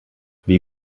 wie